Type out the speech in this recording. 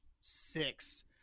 six